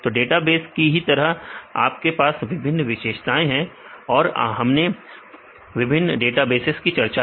तो डेटाबेस की ही तरह आपके पास विभिन्न विशेषताएं हैं और हमने विभिन्न डेटाबेस की चर्चा की